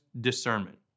discernment